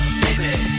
baby